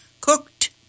cooked